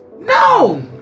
No